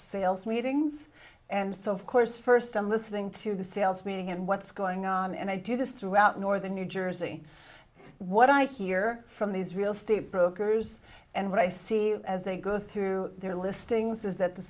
sales meetings and so of course first i'm listening to the sales meeting and what's going on and i do this throughout northern new jersey what i can hear from these real estate brokers and what i see as they go through their listings is that the